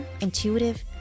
intuitive